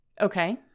Okay